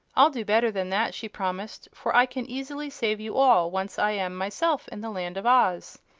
i'll do better than that, she promised, for i can easily save you all, once i am myself in the land of oz.